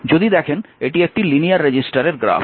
যদি দেখেন এটি একটি লিনিয়ার রেজিস্টরের গ্রাফ